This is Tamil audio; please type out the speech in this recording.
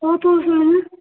Oppo phone